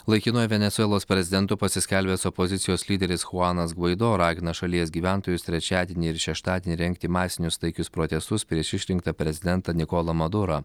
laikinuoju venesuelos prezidentu pasiskelbęs opozicijos lyderis chuanas gvaido ragina šalies gyventojus trečiadienį ir šeštadienį rengti masinius taikius protestus prieš išrinktą prezidentą nikolą madurą